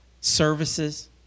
services